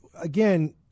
Again